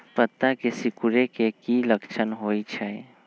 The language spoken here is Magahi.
पत्ता के सिकुड़े के की लक्षण होइ छइ?